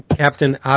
Captain